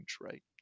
right